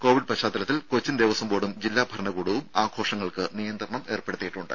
Covid പശ്ചാത്തലത്തിൽ കൊച്ചിൻ ദേവസ്വം ബോർഡും ജില്ലാ ഭരണകൂടവും ആഘോഷങ്ങൾക്ക് നിയന്ത്രണങ്ങൾ ഏർപ്പെടുത്തിയിട്ടുണ്ട്